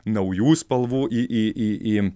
naujų spalvų į į į į